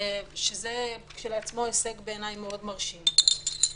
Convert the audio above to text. שזה כשלעצמו הישג מאוד מרשים בעיניי.